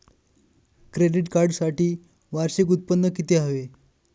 Credit कार्डसाठी वार्षिक उत्त्पन्न किती हवे?